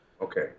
okay